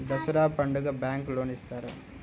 దసరా పండుగ bank loan ఇస్తారా?